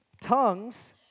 Tongues